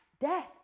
death